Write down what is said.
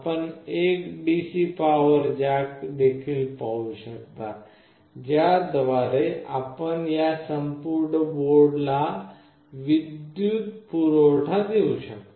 आपण एक DC power jack देखील पाहू शकता ज्या द्वारे आपण या संपूर्ण बोर्डला विद्युत पुरवठा देऊ शकता